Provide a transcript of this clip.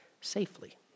safely